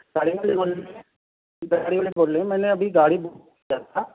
گاڑی والے بول رہے ہیں گاڑی والے بول رہے ہیں میں نے ابھی گاڑی بک کیا تھا